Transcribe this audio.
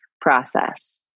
process